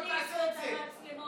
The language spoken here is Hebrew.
שלא הליכוד יעשה את זה.